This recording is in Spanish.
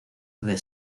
the